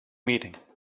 meeting